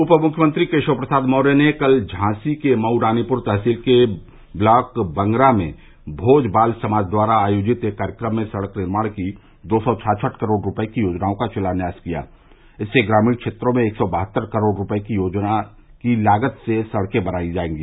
उप मुख्यमंत्री केशव प्रसाद मौर्य ने कल झांसी के मऊरानीपुर तहसील के ब्लॉक बंगरा में भोज बाल समाज द्वारा आयोजित एक कार्यक्रम में सड़क निर्माण की दो सौ छाछठ करोड़ रूपये की योजनाओं का शिलान्यास किया इससे ग्रामीण क्षेत्रों में एक सौ बहत्तर करोड़ रूपये की लागत से सड़कें बनायी जायेंगी